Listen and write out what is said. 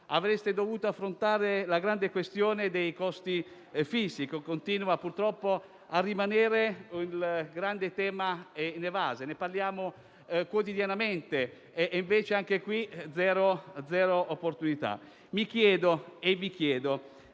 Avreste dovuto affrontare la grande questione dei costi fissi, che continua purtroppo a rimanere il grande tema inevaso. Ne parliamo quotidianamente e, invece, anche qui zero opportunità. Mi chiedo e vi chiedo: